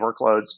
workloads